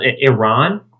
Iran